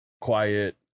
quiet